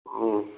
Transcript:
ꯎꯝ